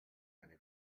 eine